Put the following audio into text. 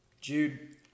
Jude